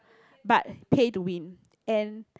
but pay to win and